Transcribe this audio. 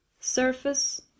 Surface